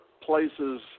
places